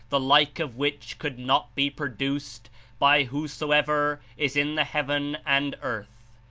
the like of which could not be produced by whosoever is in the heaven and earth.